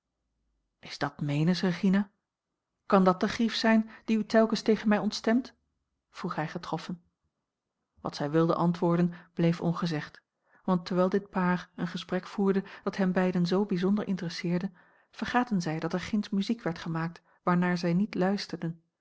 is dat meenens regina kan dat de grief zijn die u telkens tegen mij ontstemt vroeg hij getroffen wat zij wilde antwoorden bleef ongezegd want terwijl dit paar een gesprek voerde dat hen beiden zoo bijzonder interesseerde vergaten zij dat er ginds muziek werd gemaakt waarnaar zij niet luisterden